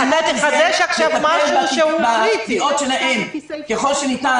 נתנו קדימות ככול שניתן